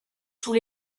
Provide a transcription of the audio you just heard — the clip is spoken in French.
tous